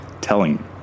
telling